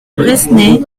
bresnay